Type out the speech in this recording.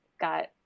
got